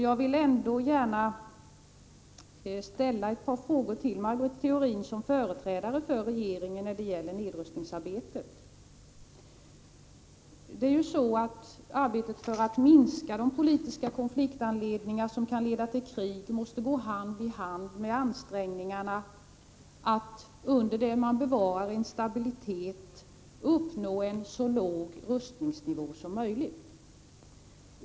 Jag vill gärna ställa ett par frågor till Maj Britt Theorin, som företrädare för regeringen när det gäller nedrustningsarbetet. Arbetet för att minska de politiska konfliktanledningar som kan leda till krig måste gå hand i hand med ansträngningarna att, under det att en stabilitet bevaras, uppnå en så låg rustningsnivå som möjligt.